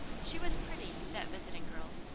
she was pretty, that visiting girl,